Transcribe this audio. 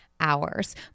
hours